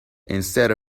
instead